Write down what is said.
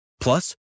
Plus